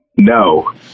No